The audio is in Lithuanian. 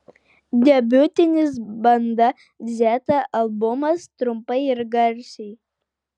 debiutinis banda dzeta albumas trumpai ir garsiai